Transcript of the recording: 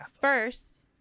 first